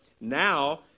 Now